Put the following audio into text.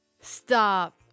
Stop